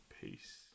peace